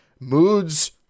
Moods